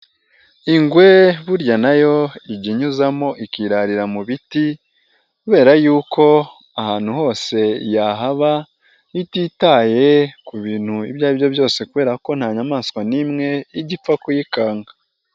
Ingwe burya nayo ijya inyuzamo ikirarira mu biti kubera yuko ahantu hose yahaba ititaye ku bintu ibyo aribyo byose kubera ko nta nyamaswa n'imwe ijya ipfa kuyikanga.